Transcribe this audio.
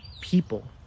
people